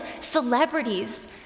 celebrities